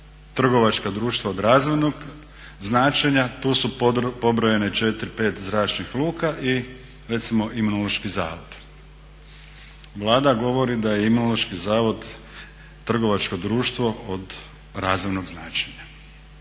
trgovačka društva od razvojnog značenja, tu su pobrojane četiri, pet zračnih luka i recimo Imunološki zavod. Vlada govorim da je Imunološki zavod trgovačko društvo od razvojnog značenja.